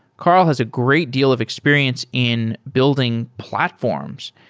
carl has a great deal of experience in building platforms.